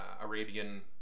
Arabian